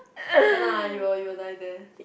can lah you will will die there